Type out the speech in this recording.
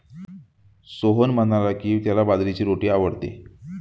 सोहन म्हणाला की, त्याला बाजरीची रोटी आवडते